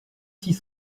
six